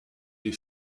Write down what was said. des